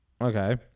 Okay